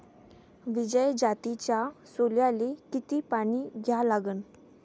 विजय जातीच्या सोल्याले किती पानी द्या लागन?